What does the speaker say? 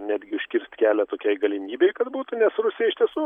netgi užkirst kelią tokiai galimybei kad būtų nes rusija iš tiesų